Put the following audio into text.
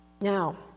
now